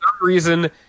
reason